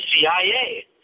CIA